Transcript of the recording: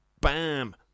BAM